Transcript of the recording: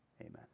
Amen